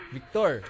Victor